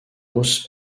hausse